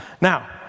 Now